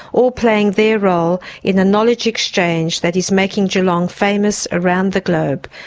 all playing their role in a knowledge exchange that is making geelong famous around the globe,